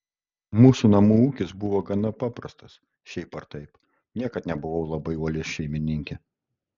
mūsų namų ūkis buvo gana paprastas šiaip ar taip niekad nebuvau labai uoli šeimininkė